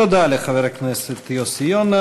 תודה לחבר הכנסת יוסי יונה.